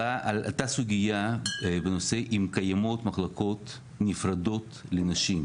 עלתה סוגיה בנושא אם קיימות מחלקות נפרדות לנשים.